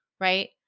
right